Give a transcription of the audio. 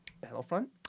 Battlefront